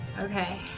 Okay